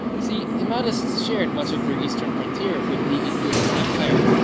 see the mahdists shared much of their eastern frontier with the ethiopian empire,